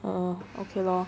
oh okay loh